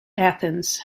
athens